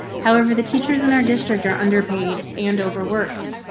however, the teachers in our district are underpaid and overworked.